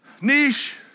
Niche